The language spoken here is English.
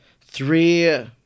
three